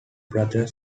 brother